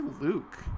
Luke